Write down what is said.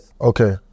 Okay